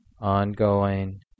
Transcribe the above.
ongoing